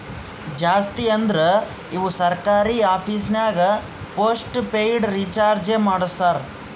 ಜಾಸ್ತಿ ಅಂದುರ್ ಇವು ಸರ್ಕಾರಿ ಆಫೀಸ್ನಾಗ್ ಪೋಸ್ಟ್ ಪೇಯ್ಡ್ ರೀಚಾರ್ಜೆ ಮಾಡಸ್ತಾರ